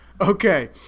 Okay